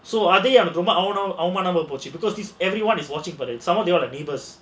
so அது அவமானமா போச்சு:adhu avamaanamaa pochu because these everyone is watching neighbours